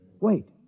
Wait